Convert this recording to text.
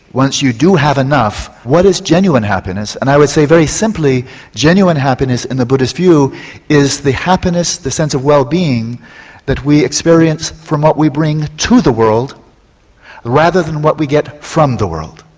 once you do have enough what is genuine happiness? and i would say very simply genuine happiness in the buddhist view is the happiness, the sense of wellbeing that we experience from what we bring to the world rather than what we get from the world.